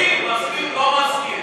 מסביר, מסביר, לא מזכיר.